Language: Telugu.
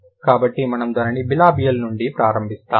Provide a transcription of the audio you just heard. కాబట్టి మనము దానిని బిలాబియల్ నుండి ప్రారంభిస్తాము